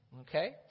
Okay